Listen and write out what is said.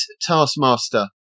Taskmaster